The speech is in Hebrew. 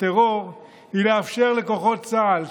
היא לאפשר לכוחות צה"ל,